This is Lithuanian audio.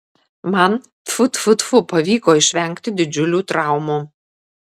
man tfu tfu tfu pavyko išvengti didžiulių traumų